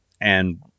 And-